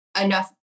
enough